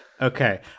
Okay